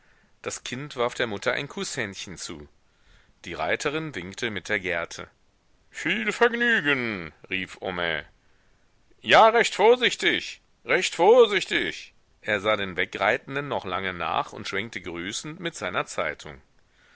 das kind warf der mutter ein kußhändchen zu die reiterin winkte mit der gerte viel vergnügen rief homais ja recht vorsichtig recht vorsichtig er sah den wegreitenden noch lange nach und schwenkte grüßend mit seiner zeitung